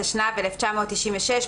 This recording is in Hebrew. התשנ"ו-1996 ,